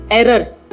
errors